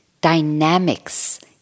dynamics